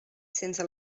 sense